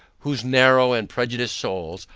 whose narrow and prejudiced souls,